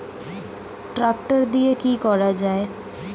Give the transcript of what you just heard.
Tractor দিয়ে কি করা যায়?